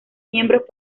miembros